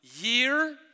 year